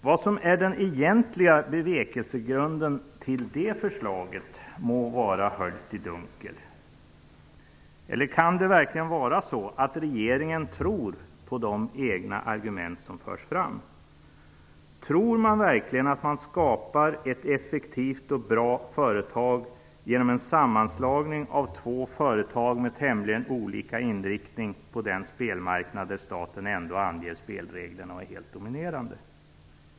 Vad som är den egentliga bevekelsegrunden för detta förslag må vara höljt i dunkel. Eller kan det verkligen vara så att regeringen tror på de egna argument som förs fram? Tror man verkligen att man skapar ett effektivt och bra företag genom en sammanslagning av två företag med tämligen olika inriktning på den spelmarknad där staten ändå anger spelreglerna och är helt dominerande?